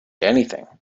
anything